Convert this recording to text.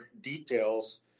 details